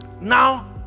Now